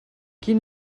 quin